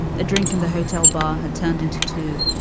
a drink in the hotel bar had turned into two,